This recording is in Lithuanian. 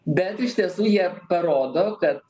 bet iš tiesų jie parodo kad